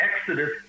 exodus